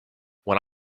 when